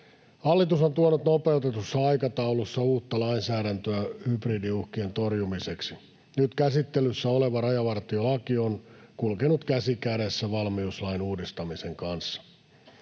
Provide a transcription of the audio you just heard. Hallitus on tuonut nopeutetussa aikataulussa uutta lainsäädäntöä hybridiuhkien torjumiseksi. Nyt käsittelyssä oleva rajavartiolaki on kulkenut käsi kädessä valmiuslain uudistamisen kanssa.